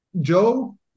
Joe